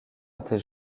étaient